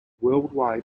worldwide